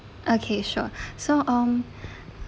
okay sure so um